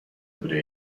بوده